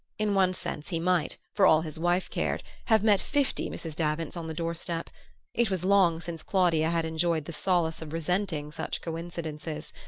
in one sense he might, for all his wife cared, have met fifty mrs. davants on the door-step it was long since claudia had enjoyed the solace of resenting such coincidences.